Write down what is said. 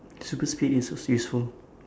super speed is also useful